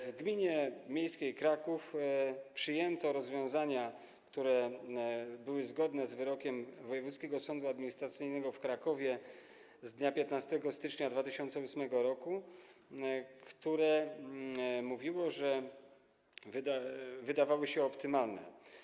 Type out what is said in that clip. W gminie miejskiej Kraków przyjęto rozwiązania, które były zgodne z wyrokiem Wojewódzkiego Sądu Administracyjnego w Krakowie z dnia 15 stycznia 2008 r. i wydawały się optymalne.